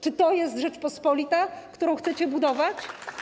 Czy to jest Rzeczpospolita, którą chcecie budować?